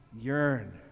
yearn